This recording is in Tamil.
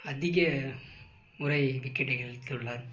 அதிக முறை விக்கெட்டை வீழ்த்தியுள்ளார்